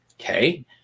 Okay